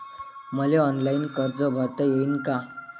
मले ऑनलाईन कर्ज भरता येईन का?